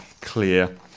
clear